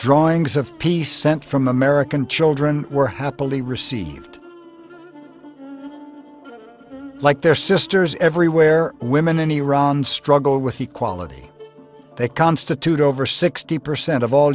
drawings of peace sent from american children were happily received like their sisters everywhere women in iran struggle with equality they constitute over sixty percent of all